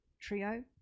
trio